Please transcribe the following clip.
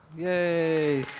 yay!